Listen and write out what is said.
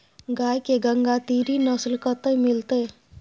गाय के गंगातीरी नस्ल कतय मिलतै?